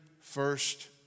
first